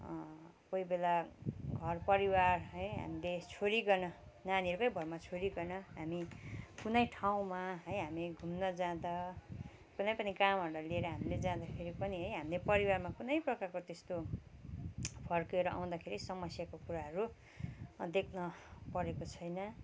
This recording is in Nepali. कोहीबेला घर परिवार है हामीले छोडिकन नानीहरूकै भरमा छोडिकन हामी कुनै ठाउँमा है हामी घुम्न जाँदा कुनैपनि कामहरूलाई लिएर हामीले जाँदाखेरि पनि है हामीले परिवारमा कुनै प्रकारको त्यस्तो फर्केर आउँदाखेरि समस्याको कुराहरू देख्न परेको छैन